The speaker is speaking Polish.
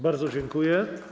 Bardzo dziękuję.